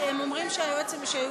שיכון,